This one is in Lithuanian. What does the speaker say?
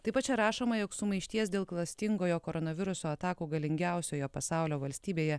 taip pat čia rašoma jog sumaišties dėl klastingojo koronaviruso atakų galingiausioje pasaulio valstybėje